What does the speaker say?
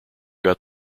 got